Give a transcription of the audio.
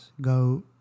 Go